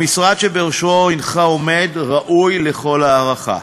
המשרד שבראשו הנך עומד ראוי לכל הערכה,